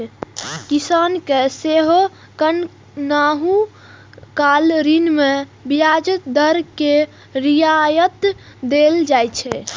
किसान कें सेहो कखनहुं काल ऋण मे ब्याज दर मे रियायत देल जाइ छै